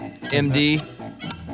MD